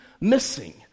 missing